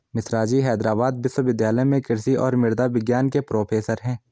मिश्राजी हैदराबाद विश्वविद्यालय में कृषि और मृदा विज्ञान के प्रोफेसर हैं